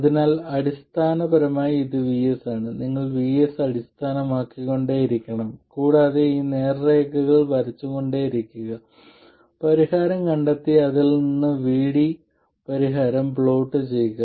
അതിനാൽ അടിസ്ഥാനപരമായി ഇത് VS ആണ് നിങ്ങൾ VS വ്യത്യസ്തമാക്കിക്കൊണ്ടേയിരിക്കണം കൂടാതെ ഈ നേർരേഖകൾ വരച്ചുകൊണ്ടേയിരിക്കുക പരിഹാരം കണ്ടെത്തി അതിൽ നിന്ന് VD പരിഹാരം പ്ലോട്ട് ചെയ്യുക